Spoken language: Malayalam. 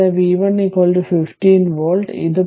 കൂടാതെ v 1 15 വോൾട്ട്